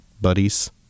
buddies